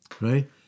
right